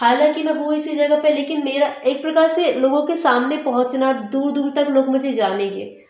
हालाँकि मै हूँ ऐसी जगह पर लेकिन मेरा एक प्रकार से लोगों के सामने पहुँचना दूर दूर तक लोग मुझे जानेंगे